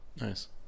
Nice